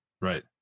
right